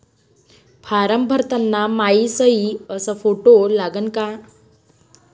Form भरताना मायी सयी अस फोटो लागन का?